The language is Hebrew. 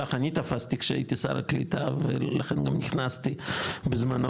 ככה אני תפסתי כשהייתי שר הקליטה ולכן גם נכנסתי בזמנו